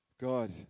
God